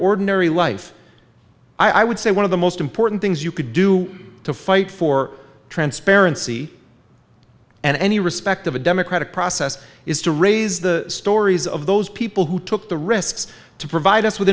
ordinary life i would say one of the most important things you could do to fight for transparency and any respect of a democratic process is to raise the stories of those people who took the risks to provide us with